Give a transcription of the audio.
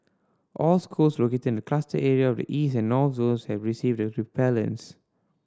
all schools located in the cluster area and the East and North zones have received the repellents